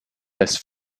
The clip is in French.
laisse